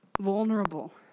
vulnerable